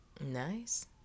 Nice